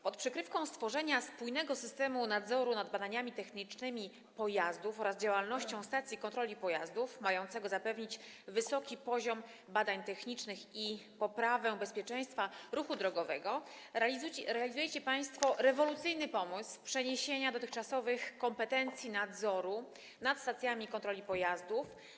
Pod przykrywką stworzenia spójnego systemu nadzoru nad badaniami technicznymi pojazdów oraz działalnością stacji kontroli pojazdów, mającego zapewnić wysoki poziom badań technicznych i poprawę bezpieczeństwa ruchu drogowego, realizujecie państwo rewolucyjny pomysł przeniesienia dotychczasowych kompetencji dotyczących nadzoru nad stacjami kontroli pojazdów.